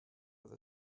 with